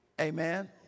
Amen